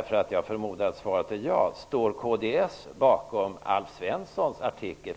och jag förmodar att svaret är ja: Står kds bakom Alf Svenssons artikel?